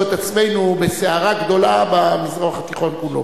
את עצמנו בסערה גדולה במזרח התיכון כולו.